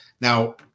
Now